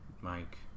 Mike